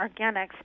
Organics